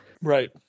Right